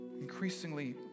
increasingly